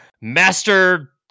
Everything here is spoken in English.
master